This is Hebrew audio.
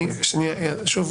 שוב,